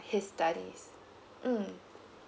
his studies mm